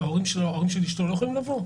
ההורים של אישתו לא יכולים לבוא?